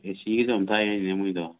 ꯑꯦꯁꯤꯒꯗꯣ ꯌꯥꯝ ꯊꯥꯏ ꯍꯥꯏꯔꯤꯅꯦ ꯃꯣꯏꯒꯤꯗꯣ